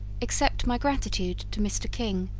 except my gratitude to mr. king,